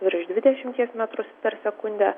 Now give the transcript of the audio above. virš dvidešimties metrų per sekundę